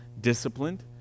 disciplined